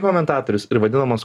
komentatorius ir vadinamas